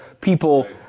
people